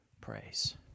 praise